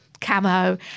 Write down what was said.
camo